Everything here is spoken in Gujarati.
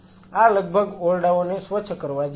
આ લગભગ ઓરડાઓને સ્વચ્છ કરવા જેવું છે